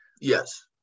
Yes